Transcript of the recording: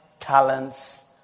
talents